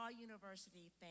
University